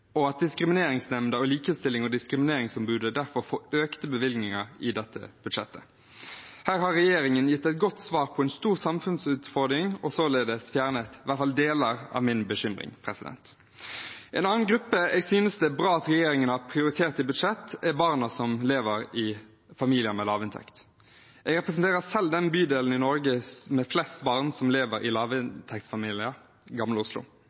og at diskrimineringsnemnda og Likestillings- og diskrimineringsombudet derfor får økte bevilgninger i dette budsjettet. Her har regjeringen gitt et godt svar på en stor samfunnsutfordring og således fjernet i hvert fall deler av min bekymring. En annen gruppe jeg synes det er bra at regjeringen har prioritert i budsjettet, er barna som lever i familier med lavinntekt. Jeg representerer selv bydelen i Norge med flest barn som lever i lavinntektsfamilier, Gamle Oslo.